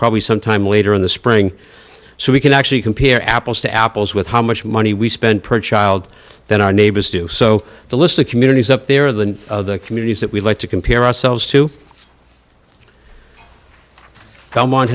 probably sometime later in the spring so we can actually compare apples to apples with how much money we spend per child than our neighbors do so the list of communities up there than the communities that we like to compare ourselves to someone